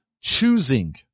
choosing